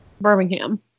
Birmingham